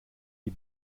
die